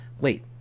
Wait